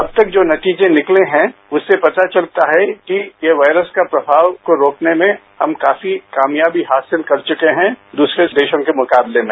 अब तक जो नतीजे निकले हैं उससे पता चलता है कि ये वायरस का प्रमाव रोकने में हम काफी कामयाबी हासिल कर चुके हैं दूसरे देशों के मुकाबले में